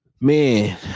man